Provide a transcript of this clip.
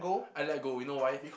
I let go you know why